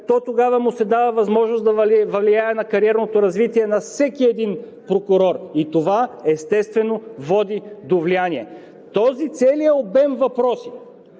то тогава му се дава възможност да влияе на кариерното развитие на всеки един прокурор и това, естествено, води до влияния. Този целият обем въпроси